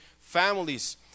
families